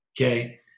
Okay